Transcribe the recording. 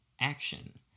action